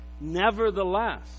nevertheless